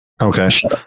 Okay